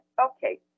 Okay